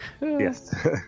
Yes